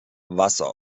wasser